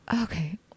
Okay